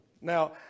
Now